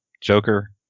Joker